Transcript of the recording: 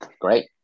Great